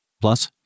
plus